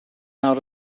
out